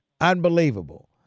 Unbelievable